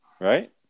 right